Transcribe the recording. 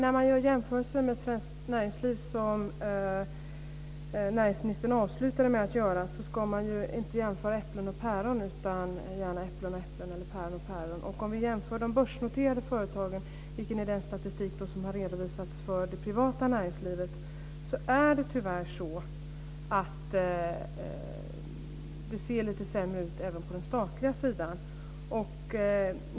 Fru talman! Näringsministern avslutade med att göra en jämförelse med svenskt näringsliv. Man ska ju inte jämföra äpplen och päron, utan gärna äpplen och äpplen eller päron och päron. Om vi jämför med de börsnoterade företagen, vilket är den statistik som har redovisat för det privata näringslivet, är det tyvärr så att det ser lite sämre ut även på den statliga sidan.